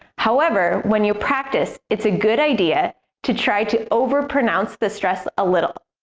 however, when you practice, it's a good idea to try to overpronounce the stress a little.